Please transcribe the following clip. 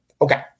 Okay